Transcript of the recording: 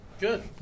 good